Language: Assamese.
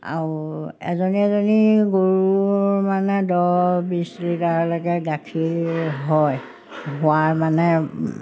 আৰু এজনী এজনী গৰুৰ মানে দহ বিছ লিটাৰলৈকে গাখীৰ হয় হোৱাৰ মানে